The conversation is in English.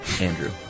Andrew